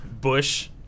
Bush